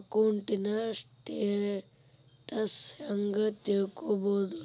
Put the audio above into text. ಅಕೌಂಟಿನ್ ಸ್ಟೆಟಸ್ ಹೆಂಗ್ ತಿಳ್ಕೊಬೊದು?